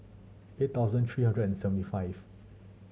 eight thousand three hundred and seventy five